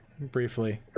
briefly